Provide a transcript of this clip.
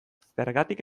zergatik